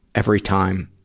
every time,